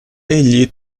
egli